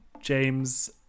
james